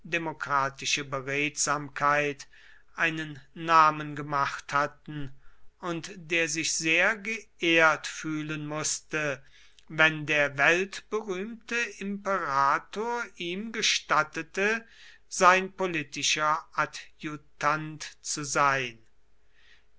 demokratische beredsamkeit einen namen gemacht hatten und der sich sehr geehrt fühlen mußte wenn der weltberühmte imperator ihm gestattete sein politischer adjutant zu sein